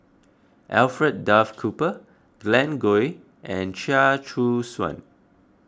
Alfred Duff Cooper Glen Goei and Chia Choo Suan